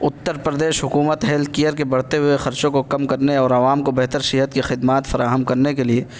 اتّر پردیش حکومت health care کے بڑھتے ہوئے خرچوں کو کم کرنے اور عوام کو بہتر صحت کی خدمات فراہم کرنے کے لیے